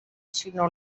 sinó